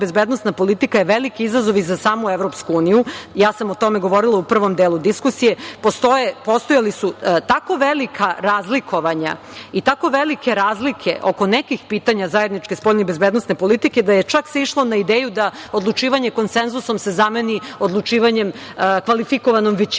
bezbednosna politika je veliki izazov i za samu EU. Ja sam o tome govorila u prvom delu diskusije. Postojala su tako velika razlikovanja i tako velike razlike oko nekih pitanja zajedničke spoljne i bezbednosne politike da se čak išlo na ideju da odlučivanjem konsenzusom se zameni odlučivanjem kvalifikovanom većinom